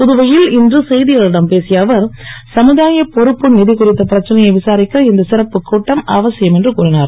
புதுவையில் இன்று செய்தியாளர்களிடம் பேசிய அவர் சமுதாய பொறுப்பு நிதி குறித்த பிரச்சனையை விசாரிக்க இந்த சிறப்புக் கூட்டம் அவசியம் என்று கூறினார்